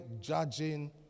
judging